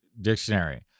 Dictionary